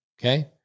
Okay